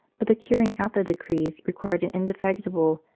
but the carrying out the decrees required an indefatigable,